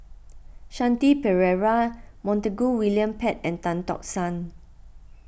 Shanti Pereira Montague William Pett and Tan Tock San